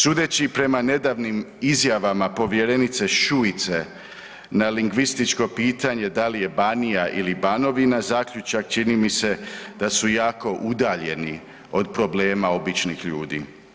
Sudeći prema nedavnim izjavama povjerenice Šuice na lingvističko pitanje da li je Banija ili Banovina, zaključak čini mi se da su jako udaljeni od problema običnih ljudi.